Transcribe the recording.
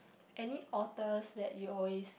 any authors that you always